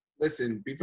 Listen